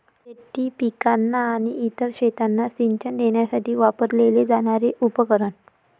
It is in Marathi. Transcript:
शेती पिकांना आणि इतर शेतांना सिंचन देण्यासाठी वापरले जाणारे उपकरण